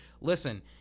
Listen